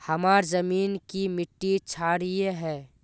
हमार जमीन की मिट्टी क्षारीय है?